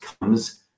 comes